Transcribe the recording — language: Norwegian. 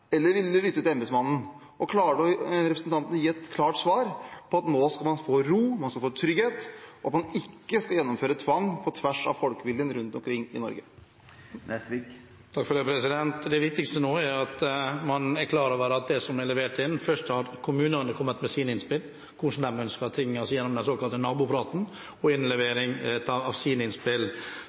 eller vil de lytte til embetsmannen? Og klarer representanten å gi et klart svar om at nå skal man få ro, man skal få trygghet, og man skal ikke gjennomføre tvang på tvers av folkeviljen rundt omkring i Norge? Det viktigste nå er at man er klar over – når det gjelder det som er levert inn – at først har kommunene kommet med sine innspill om hvordan de ønsker ting, gjennom den såkalte nabopraten og innlevering av sine innspill.